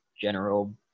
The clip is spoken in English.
general